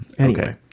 Okay